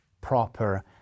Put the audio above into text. proper